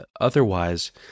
otherwise